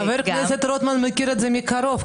חבר הכנסת רוטמן מכיר את זה מקרוב.